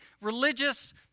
religious